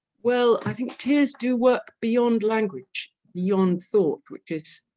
well i think tears do work beyond language beyond thought which is